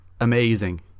amazing